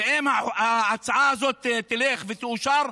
ואם ההצעה הזאת תלך ותאושר,